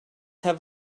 have